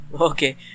okay